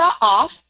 off